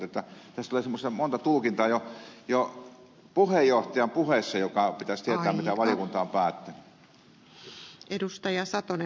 tässä tulee monta tulkintaa jo sen puheenjohtajan puheessa jonka pitäisi tietää mitä valiokunta on päättänyt